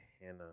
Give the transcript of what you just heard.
Hannah